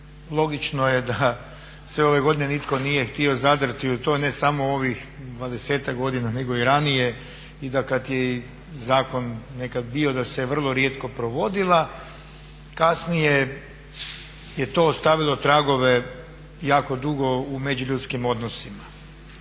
logično je da sve ove godine nitko nije htio zadrti u to ne samo u ovih dvadesetak godina nego i ranije i da kad je i zakon nekad bio da se vrlo rijetko provodila, kasnije je to ostavilo tragove jako dugo u međuljudskim odnosima.